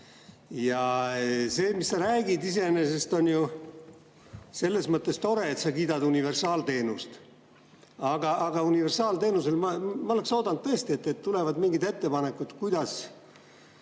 Aab. See, mis sa räägid, on iseenesest ju selles mõttes tore, et sa kiidad universaalteenust. Aga ma oleksin oodanud tõesti, et tulevad mingid ettepanekud, kuidas